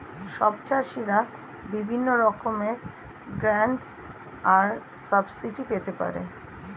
সব চাষীরা বিভিন্ন রকমের গ্র্যান্টস আর সাবসিডি পেতে পারে